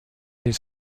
les